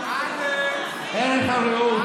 ערך הרעות,